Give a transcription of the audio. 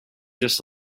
just